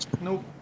nope